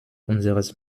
unseres